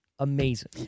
amazing